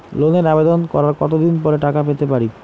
লোনের আবেদন করার কত দিন পরে টাকা পেতে পারি?